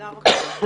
תודה רבה.